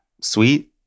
sweet